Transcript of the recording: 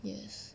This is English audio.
yes